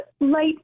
light